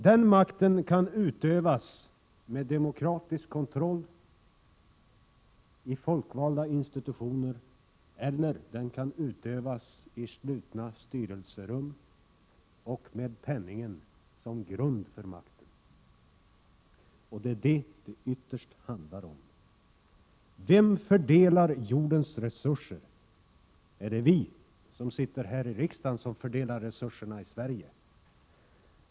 Den makten kan utövas med demokratisk kontroll i folkvalda institutioner eller i slutna styrelserum och med penningen som grund för makten. Det är det som det ytterst handlar om. Vem fördelar jordens resurser? Är det vi som sitter här i riksdagen som fördelar resurserna i Sverige?